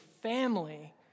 family